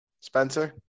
Spencer